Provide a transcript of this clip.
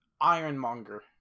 Ironmonger